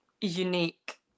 unique